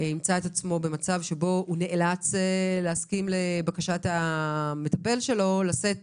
למעשה ימצא את עצמו במצב שבו הוא נאלץ להסכים לבקשת המטפל שלו לשאת